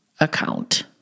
account